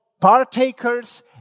partakers